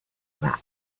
bags